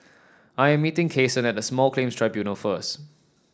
I am meeting Cason at the Small Claims Tribunals first